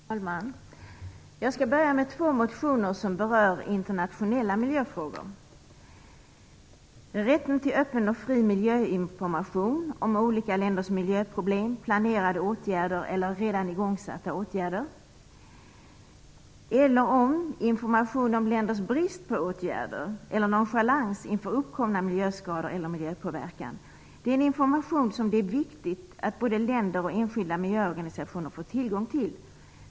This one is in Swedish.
Fru talman! Jag skall börja med att ta upp två motioner som berör internationella miljöfrågor. Rätten till öppen och fri miljöinformation om olika länders miljöproblem, planerade åtgärder eller redan igångsatta åtgärder, information om länders brist på åtgärder eller nonchalans inför uppkomna miljöskador och miljöpåverkan är information som det är viktigt att både länder och enskilda miljöorganisationer får tillgång till.